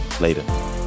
later